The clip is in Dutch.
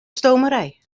stomerij